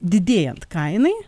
didėjant kainai